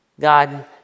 God